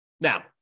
Now